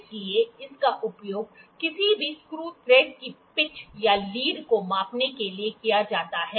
इसलिए इसका उपयोग किसी भी स्क्रू थ्रेड की पिच या लीड को मापने के लिए किया जाता है